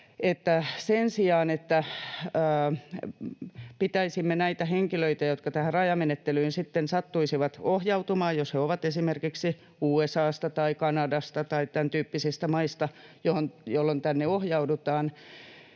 sen sijaan, että pitäisimme näitä henkilöitä, jotka tähän rajamenettelyyn sitten sattuisivat ohjautumaan — jos he ovat esimerkiksi USA:sta tai Kanadasta tai tämän tyyppisistä maista, joista tänne ohjaudutaan...